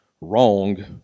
wrong